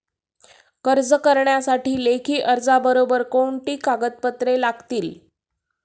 कर्ज करण्यासाठी लेखी अर्जाबरोबर कोणती कागदपत्रे लागतील?